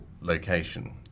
location